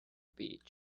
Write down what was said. beach